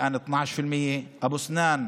עכשיו 12%; אבו סנאן,